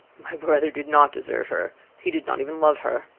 my brother did not deserve her he did not even love her.